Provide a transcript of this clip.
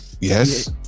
Yes